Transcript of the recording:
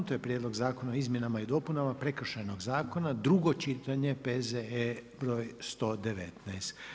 prijedlog Zakona o izmjenama i dopunama Prekršajnog zakona, drugo čitanje, P.Z.E. br. 119.